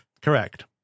Correct